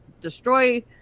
destroy